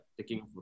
taking